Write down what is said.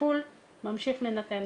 הטיפול ממשיך להינתן,